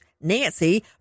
nancy